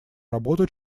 работу